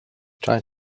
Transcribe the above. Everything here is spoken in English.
trying